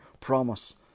promise